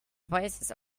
voices